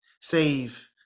save